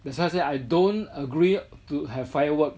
that's why I say I don't agree to have fireworks